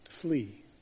flee